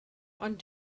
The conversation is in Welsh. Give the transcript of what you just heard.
ond